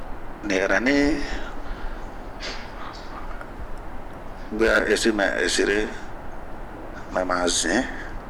Niarani, bue a ɛsi mɛ ɛsire mɛ ma zin.